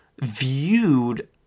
viewed